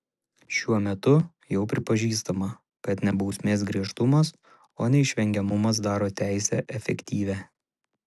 šiuo metu jau pripažįstama kad ne bausmės griežtumas o neišvengiamumas daro teisę efektyvią